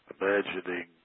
Imagining